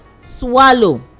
swallow